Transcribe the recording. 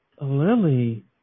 Lily